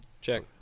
check